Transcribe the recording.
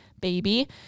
baby